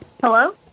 Hello